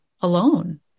alone